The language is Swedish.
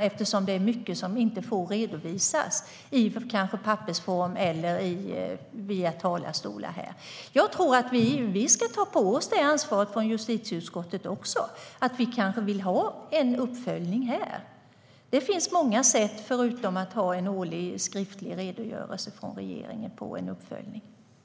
eftersom det är mycket som inte får redovisas i pappersform eller via talarstolar här. Vi ska ta på oss det ansvaret från justitieutskottets sida också. Vi kanske vill ha en uppföljning här. Det finns många sätt förutom att ha en årlig skriftlig redogörelse för en uppföljning från regeringen.